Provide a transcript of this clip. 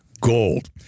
Gold